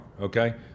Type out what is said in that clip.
okay